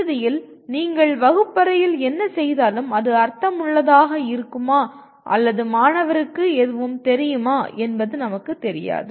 இறுதியில் நீங்கள் வகுப்பறையில் என்ன செய்தாலும் அது அர்த்தமுள்ளதாக இருக்குமா அல்லது மாணவருக்கு எதுவும் தெரியுமா என்பது நமக்கு தெரியாது